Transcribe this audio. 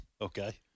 Okay